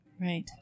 Right